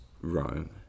Rome